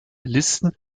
listen